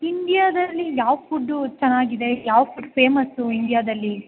ಇಂಡ್ಯದಲ್ಲಿ ಯಾವ ಫುಡ್ಡು ಚೆನ್ನಾಗಿದೆ ಯಾವ ಫುಡ್ ಫೇಮಸ್ಸು ಇಂಡ್ಯದಲ್ಲಿ